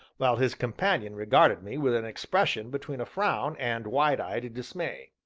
while his companion regarded me with an expression between a frown and wide-eyed dismay.